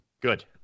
Good